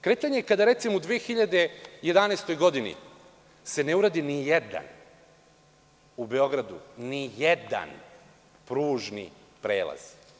Kretanje je, kada recimo u 2011. godini se ne uradi ni jedan u Beogradu pružni prelaz.